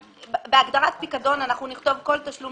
בהגדרת פיקדון אנחנו נכתוב כל תשלום